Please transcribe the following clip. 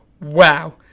wow